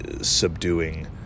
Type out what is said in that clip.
subduing